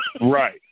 Right